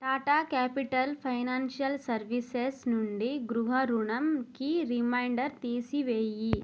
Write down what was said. Tata capital financial services నుండి గృహ రుణంకి రిమైండర్ తీసి వెయ్యి